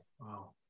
Wow